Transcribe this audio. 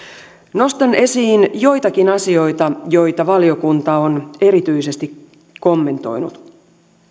nostan esiin joitakin asioita joita valiokunta on erityisesti kommentoinut